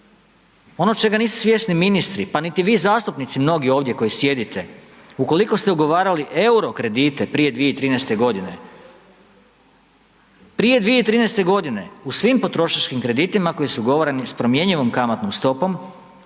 ono čega nisu svjesni ministri, pa niti vi zastupnici mnogi ovdje koji sjedite, ukoliko ste ugovarali euro kredite prije 2013.-te godine, prije 2013.-te godine u svim potrošačkim kreditima koji su ugovarani s promjenjivom kamatnom stopom,